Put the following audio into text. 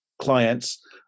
clients